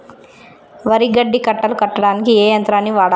వరి గడ్డి కట్టలు కట్టడానికి ఏ యంత్రాన్ని వాడాలే?